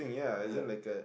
ya